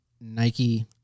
Nike